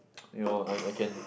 you know I I can